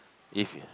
if